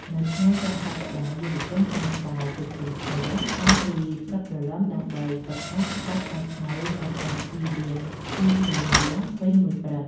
នៅថ្ងៃចុងសប្ដាហ៍ យុវជនតែងតែជួបជុំគ្នាតាំងពីព្រលឹមដើម្បីហ្វឹកហាត់ក្បាច់ថ្មីៗនៅតាមទីលានស្គីនានាពេញមួយព្រឹក។